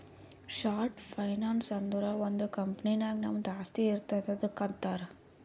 short finance ಅಂದುರ್ ಒಂದ್ company ನಾಗ್ ನಮ್ದು ಆಸ್ತಿ ಇರ್ತುದ್ ಅದುಕ್ಕ ಅಂತಾರ್